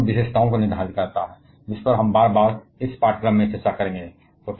यह परमाणु विशेषताओं को निर्धारित करता है जिस पर हम बार बार इस पाठ्यक्रम में चर्चा करेंगे